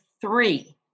three